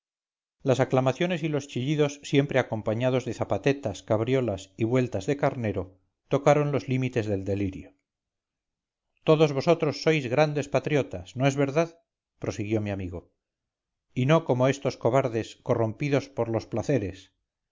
las aclamaciones y los chillidos siempre acompañados de zapatetas cabriolas y vueltas de carnero tocaron los límites del delirio todos vosotros sois grandes patriotas no es verdad prosiguió mi amigo y no como estos cobardes corrompidos por los placeres